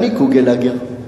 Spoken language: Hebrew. אני קוגלאגר,